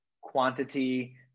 quantity